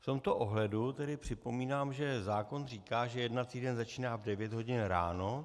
V tomto ohledu tedy připomínám, že zákon říká, že jednací den začíná v 9 hodin ráno.